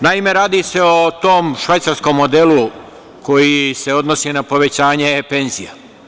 Naime, radi se o tom „švajcarskom modelu“ koji se odnosi na povećanje penzija.